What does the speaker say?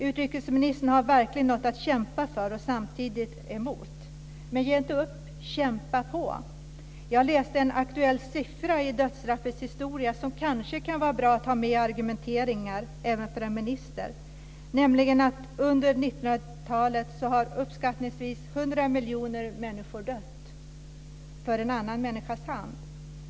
Utrikesministern har verkligen något att kämpa för och samtidigt emot. Men ge inte upp! Kämpa på! Jag läste en aktuell siffra i dödsstraffets historia som kanske kan vara bra att ha med i argumenteringar även för en minister. Under 1900-talet har uppskattningsvis 100 miljoner människor dött för en annan människas hand.